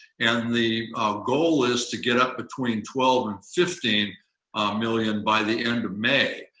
and the goal is to get up between twelve and fifteen million by the end of may,